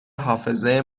حافظه